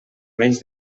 menys